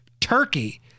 Turkey